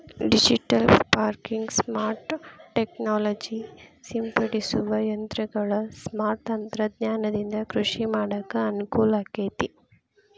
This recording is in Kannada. ಡಿಜಿಟಲ್ ಫಾರ್ಮಿಂಗ್, ಸ್ಮಾರ್ಟ್ ಟೆಕ್ನಾಲಜಿ ಸಿಂಪಡಿಸುವ ಯಂತ್ರಗಳ ಸ್ಮಾರ್ಟ್ ತಂತ್ರಜ್ಞಾನದಿಂದ ಕೃಷಿ ಮಾಡಾಕ ಅನುಕೂಲಾಗೇತಿ